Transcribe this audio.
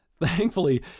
Thankfully